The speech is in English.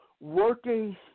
working